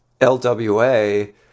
LWA